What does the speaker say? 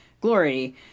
Glory